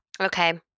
Okay